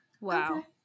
wow